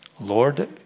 Lord